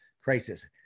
crisis